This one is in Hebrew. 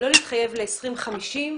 לא להתחייב ל-2050,